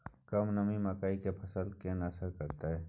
कम नमी मकई के फसल पर केना असर करतय?